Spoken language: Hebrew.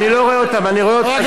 אתה חלק מהתוכנית.